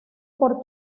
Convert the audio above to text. por